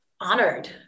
honored